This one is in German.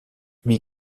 wie